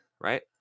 right